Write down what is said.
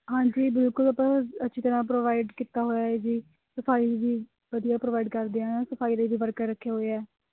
ਹਾਂਜੀ ਬਿਲਕੁਲ ਆਪਾਂ ਅੱਛੀ ਤਰ੍ਹਾਂ ਪ੍ਰੋਵਾਈਡ ਕੀਤਾ ਹੋਇਆ ਹੈ ਜੀ ਸਫ਼ਾਈ ਵੀ ਵਧੀਆ ਪ੍ਰੋਵਾਈਡ ਕਰਦੇ ਹਾਂ ਸਫ਼ਾਈ ਲਈ ਵੀ ਵਰਕਰ ਰੱਖੇ ਹੋਏ ਹੈ